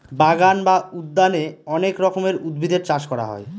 বাগান বা উদ্যানে অনেক রকমের উদ্ভিদের চাষ করা হয়